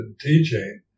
teaching